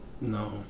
No